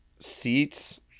seats